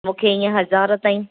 मूंखे हीअं हज़ार ताईं